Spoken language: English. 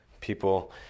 people